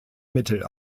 mittel